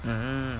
hmm